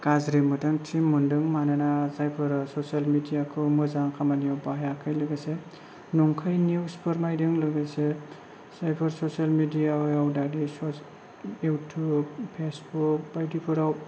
गाज्रि मोन्दांथि मोन्दों मानोना जायफोर ससियेल मिडियाखौ मोजां खामानिआव बाहायाखै लोगोसे नंखाय निउस फोरमायदों लोगोसे जायफोर ससेल मिडियायाव युटुब फेसबुक बायदिफोराव